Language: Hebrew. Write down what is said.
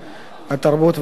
התרבות והספורט.